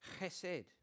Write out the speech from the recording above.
Chesed